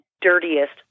dirtiest